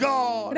God